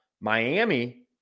Miami